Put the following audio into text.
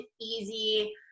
easy